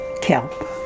Kelp